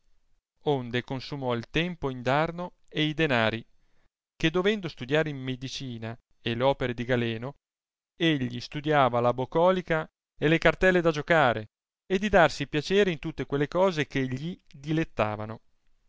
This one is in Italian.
onde consumò il tempo indarno e i danari che dovendo studiare in medicina e r opere di galeno egli studiava la bocolica e le cartelle da giocare e di darsi piacere in tutte quelle cose che gli dilettavano